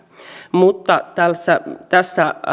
mutta tässä tässä